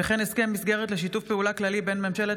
הסכם מסגרת לשיתוף פעולה כללי בין ממשלת